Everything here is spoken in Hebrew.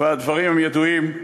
והדברים ידועים,